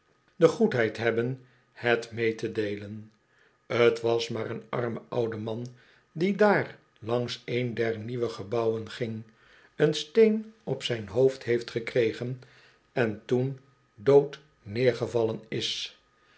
de goedheid hebben het mee te deelen t was maar een arme oude man die daar langs een der nieuwe gebouwen ging een steen op zijn hoofd heeft gekregen en toen dood neergevallen is